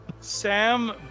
Sam